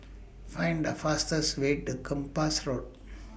Find The fastest Way to Kempas Road